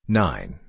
nine